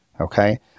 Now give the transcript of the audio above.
okay